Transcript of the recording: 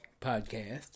Podcast